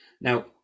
Now